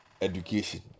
education